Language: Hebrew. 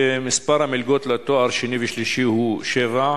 צוין שמספר המלגות לתואר שני ושלישי הוא שבע.